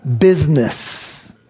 business